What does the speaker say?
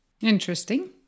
Interesting